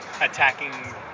attacking